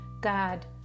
God